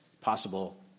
possible